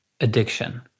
addiction